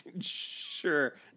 Sure